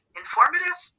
informative